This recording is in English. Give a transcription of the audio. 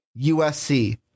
USC